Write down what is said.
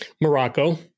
Morocco